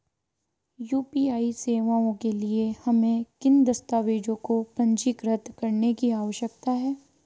UPI सेवाओं के लिए हमें किन दस्तावेज़ों को पंजीकृत करने की आवश्यकता है?